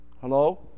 Hello